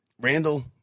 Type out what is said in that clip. Randall